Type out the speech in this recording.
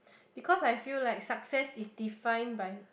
because I feel like success is define by